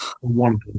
One